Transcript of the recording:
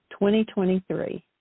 2023